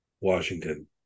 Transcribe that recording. Washington